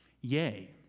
Yea